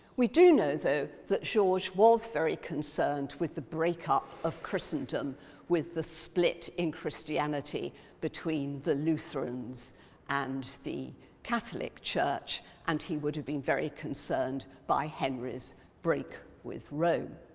we do know, though, that georges was very concerned with the breakup of christendom with the split in christianity between the lutherans and the catholic church and he would have been very concerned by henry's break with rome.